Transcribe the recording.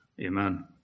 Amen